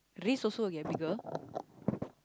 wrist also will get bigger